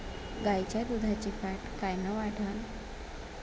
गाईच्या दुधाची फॅट कायन वाढन?